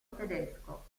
tedesco